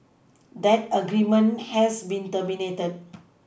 that agreement has been terminated